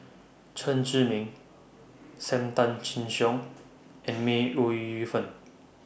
Chen Zhiming SAM Tan Chin Siong and May Ooi Yu Fen